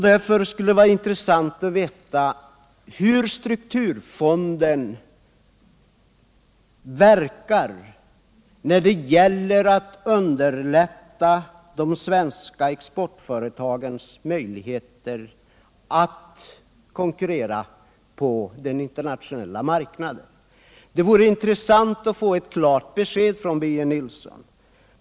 Därför skulle det vara intressant att veta hur strukturfonden verkar när det gäller att förbättra de svenska exportföretagens möjligheter att konkurrera på den internationella marknaden. Det vore intressant att få ett klart besked från Birger Nilsson.